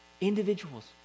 Individuals